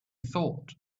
thought